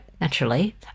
naturally